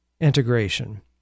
integration